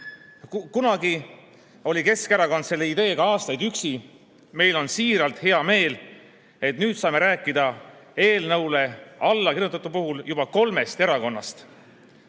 Kunagi oli Keskerakond selle ideega aastaid üksi. Meil on siiralt hea meel, et nüüd saame rääkida eelnõule allakirjutajate puhul juba kolmest erakonnast.